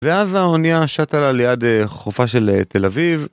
ואז העונייה שטה לה ליד חופה של תל אביב.